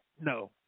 no